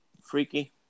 freaky